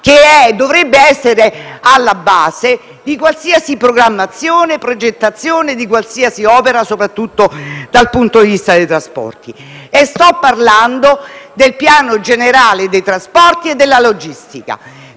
che dovrebbe essere alla base della programmazione e della progettazione di qualsiasi opera, soprattutto sotto il profilo dei trasporti: sto parlando del Piano generale dei trasporti e della logistica.